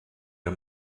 der